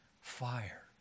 fire